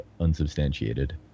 unsubstantiated